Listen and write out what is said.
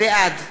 בעד